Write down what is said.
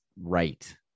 right